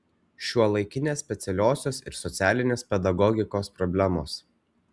šiuolaikinės specialiosios ir socialinės pedagogikos problemos